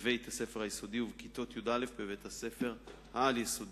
בבית-הספר היסודי ובכיתות י"א בבית-הספר העל-יסודי.